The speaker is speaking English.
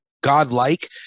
godlike